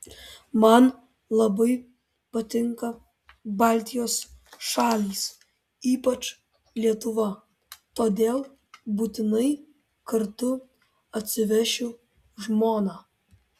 man labai patinka baltijos šalys ypač lietuva todėl būtinai kartu atsivešiu žmoną